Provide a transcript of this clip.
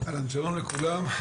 שלום לכולם.